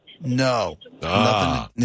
No